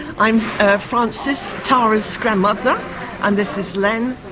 i'm frances, tara's grandmother and this is len,